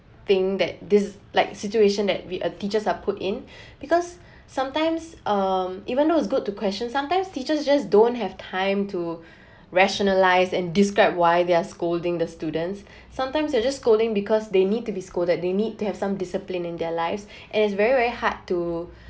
think that this like situation that we uh teachers are put in because sometimes um even though it's good to question sometimes teachers just don't have time to rationalise and describe why they are scolding the students sometimes they are just scolding because they need to be scolded they need to have some discipline in their lives and it's very very hard to